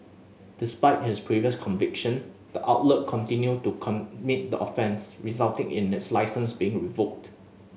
despite his previous conviction the outlet continued to commit the offence resulting in its licence being revoked